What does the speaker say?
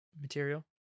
material